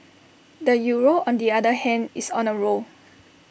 the euro on the other hand is on A roll